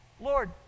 Lord